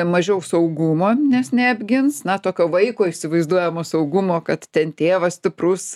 mažiau saugumo nes neapgins na tokio vaiko įsivaizduojamo saugumo kad ten tėvas stiprus